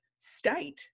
state